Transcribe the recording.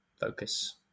focus